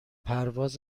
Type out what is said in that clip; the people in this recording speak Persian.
پرواز